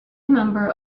member